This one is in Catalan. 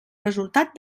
resultat